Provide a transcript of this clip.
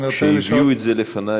כשהביאו את זה לפני,